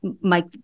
Mike